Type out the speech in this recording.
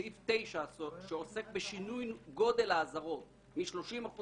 סעיף 9 עוסק בשינוי גודל האזהרות מ-30%